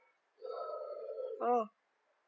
oh